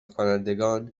کنندگان